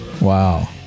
Wow